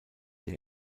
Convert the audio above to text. der